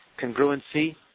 congruency